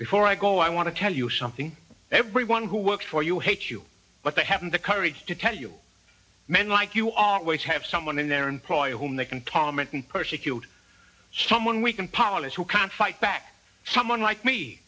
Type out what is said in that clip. before i go i want to tell you something everyone who works for you hate you but they haven't the courage to tell you men like you always have someone in their employ whom they can comment and persecute someone we can polish who can't fight back someone like me